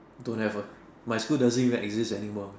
don't have ah my school doesn't even exist any more